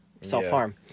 self-harm